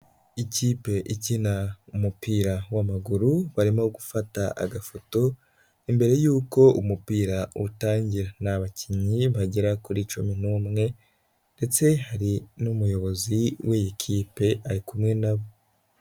Ikipe ikina umupira w'amaguru barimo gufata agafoto, ni mbere yuko umupira utangira ni abakinnyi bagera kuri cumi n'umwe ndetse hari n'umuyobozi w'iyi kipe ari kumwe na bo.